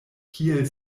kiel